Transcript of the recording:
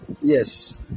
yes